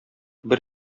бер